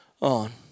on